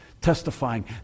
testifying